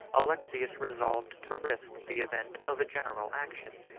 alexius resolved to risk the event of a general action,